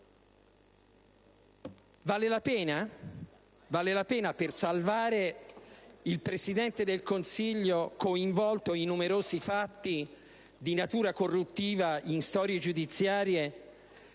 letteraria. Vale la pena, per salvare il Presidente del Consiglio coinvolto in numerosi fatti di natura corruttiva e in storie giudiziarie,